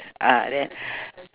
ah then